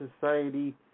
Society